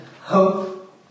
hope